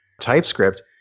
TypeScript